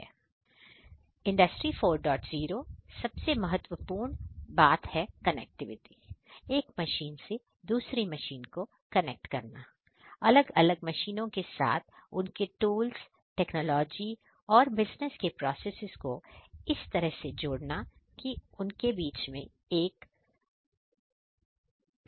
industry 40 सबसे महत्वपूर्ण बात कनेक्टिविटी है एक मशीन से दूसरी मशीन को कनेक्ट करना अलग अलग मशीनों के साथ उनके टूल्स टेक्नोलॉजी और बिजनेस के प्रोसेस को इस तरह जोड़ना उन सबको बेशक बना सकें